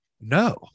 no